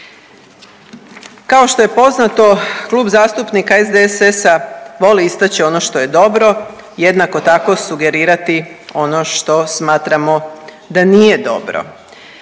Kao što je poznato Klub zastupnika SDSS-a voli istači ono što je dobro, jednako tako sugerirati ono što smatramo da nije dobro.